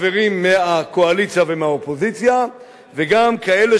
חברים מהקואליציה והאופוזיציה וגם כאלה